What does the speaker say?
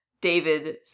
David